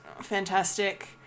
fantastic